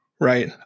Right